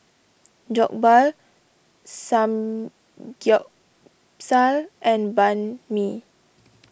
Jokbal Samgyeopsal and Banh Mi